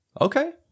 Okay